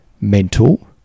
mental